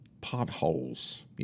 potholes